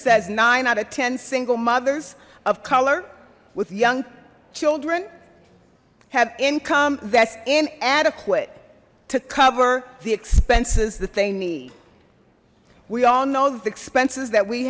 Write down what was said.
says nine out of ten single mothers of color with young children have income that's inadequate to cover the expenses that they need we all know these expenses that we